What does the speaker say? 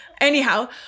anyhow